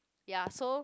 ya so